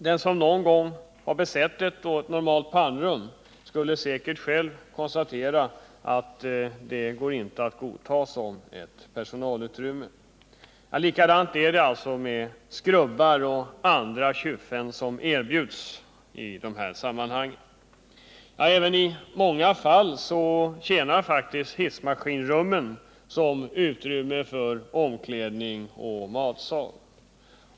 Den som någon gång har besett ett normalt pannrum skulle säkert själv konstatera att ett sådant inte kan godtas som personalutrymme. Likadant är det med de skrubbar och andra kyffen som erbjuds. I många fall tjänar faktiskt även hissmaskinrum som utrymme för omklädning och som matsal.